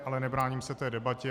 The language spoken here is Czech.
Ale nebráním se té debatě.